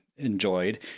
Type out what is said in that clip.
enjoyed